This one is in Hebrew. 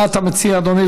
מה אתה מציע, אדוני?